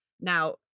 Now